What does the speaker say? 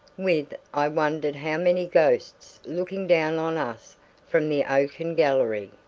with i wondered how many ghosts looking down on us from the oaken gallery!